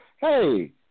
Hey